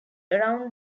around